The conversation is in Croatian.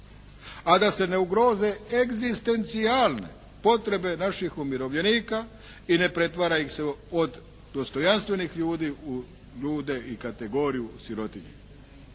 a da se ne ugroze egzistencijalne potrebe naših umirovljenika i ne pretvara ih se od dostojanstvenih ljudi u ljude i kategoriju sirotinje.